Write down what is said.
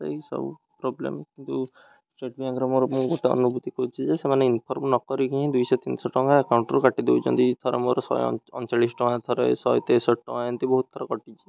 ସେଇ ସବୁ ପ୍ରୋବ୍ଲେମ୍ କିନ୍ତୁ ଷ୍ଟେଟ୍ ବ୍ୟାଙ୍କର ମୋର ମୁଁ ଗୋଟେ ଅନୁଭୂତି କରୁଛି ଯେ ସେମାନେ ଇନଫର୍ମ ନକରିକି ଦୁଇଶହ ତିନିଶହ ଟଙ୍କା ଏକକାଉଣ୍ଟରୁ କାଟି ଦେଉଛନ୍ତି ଏଥର ମୋର ଶହେ ଅଣଚାଳିଶ ଟଙ୍କା ଥରେ ଶହେ ତେଷଠି ଟଙ୍କା ଏମିତି ବହୁତ ଥର କଟିଛି